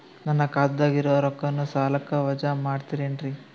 ನನ್ನ ಖಾತಗ ಇರುವ ರೊಕ್ಕವನ್ನು ಸಾಲಕ್ಕ ವಜಾ ಮಾಡ್ತಿರೆನ್ರಿ?